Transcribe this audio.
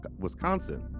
Wisconsin